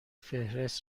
فهرست